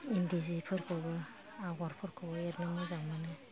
इन्दि जिफोरखौबो आगरफोरखौ एरनो मोजां मोनो